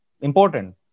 important